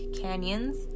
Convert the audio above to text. canyons